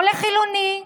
לא לחילוני,